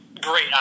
great